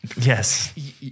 Yes